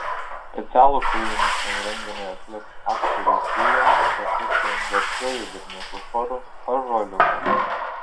specialų kūrinį šiam renginiui atliks aktorių trio kartu su garsiuoju berniukų choru ąžuoliukas